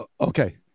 Okay